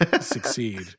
succeed